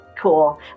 Cool